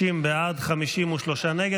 60 בעד, 53 נגד.